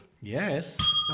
Yes